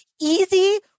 easy